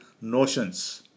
notions